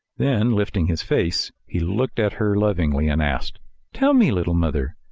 then lifting his face, he looked at her lovingly and asked tell me, little mother,